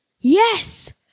Yes